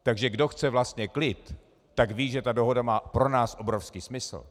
Takže kdo chce vlastně klid, tak ví, že ta dohoda má pro nás obrovský smysl.